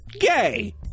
gay